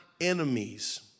enemies